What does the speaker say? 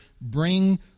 bring